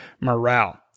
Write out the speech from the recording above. morale